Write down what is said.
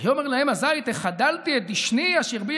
ויאמר להם הזית החדלתי את דשני אשר בי